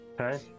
Okay